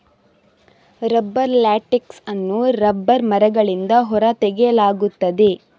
rubber latex ಅನ್ನು rubber ಮರಗಳಿಂದ ಹೊರ ತೆಗೆಯಲಾಗುತ್ತದೆ